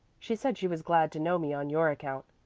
she said she was glad to know me on your account.